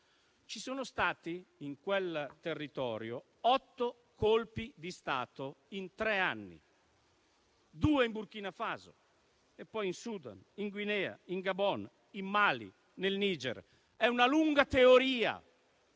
Ci sono stati, in quel territorio, otto colpi di Stato in tre anni: due in Burkina Faso e poi in Sudan, in Guinea, in Gabon, in Mali, nel Niger. È una lunga teoria